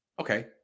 Okay